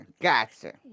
gotcha